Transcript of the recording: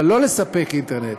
אבל לא לספק אינטרנט